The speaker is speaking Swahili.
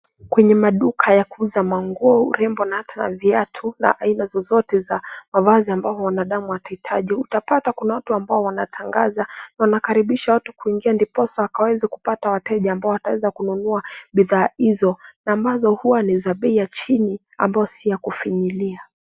Kwenye maduka ya kuuza manguo, urembo na hata viatu na aina zozote za mavazi ambavyo mwanadamu anahitaji. Utapata kuna watu ambao wantangaza na wanakaribisha watu kuingia ndiposa wakaweze kupata wateja ambao wataweza kununua bidhaa hizo na ambazo huwa ni za bei ya chini ambayo si ya kufinyilia.